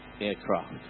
aircraft